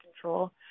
control